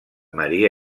maria